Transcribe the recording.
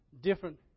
different